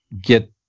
get